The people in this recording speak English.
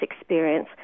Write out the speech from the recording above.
experience